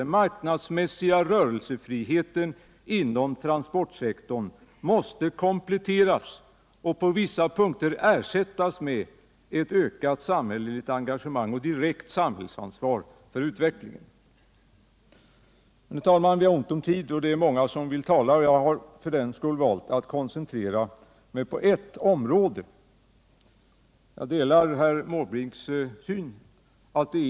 Den marknadsmässiga rörelsefriheten inom transportsektorn måste kompletteras och vissa punkter ersättas med ett ökat samhälleligt engagemang och ett direkt samhällsansvar för utvecklingen. Herr talman! Vi har ont om tid, och det är många som vill tala. Jag har för den skull valt att koncentrera mig på ett område inom trafikpolitiken.